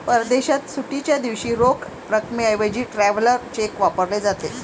परदेशात सुट्टीच्या दिवशी रोख रकमेऐवजी ट्रॅव्हलर चेक वापरले जातात